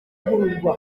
ivugururwa